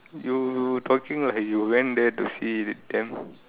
you talking like you went there to see with them